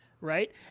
right